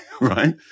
Right